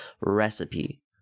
recipe